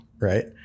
Right